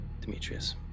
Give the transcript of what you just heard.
Demetrius